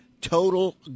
Total